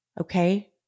Okay